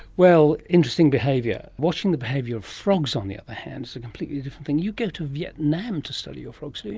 well, interesting behaviour. watching the behaviour of frogs on the other hand is a completely different thing. you go to vietnam to study your frogs, do you?